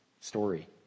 story